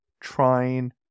trying